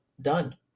done